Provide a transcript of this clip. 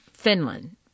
Finland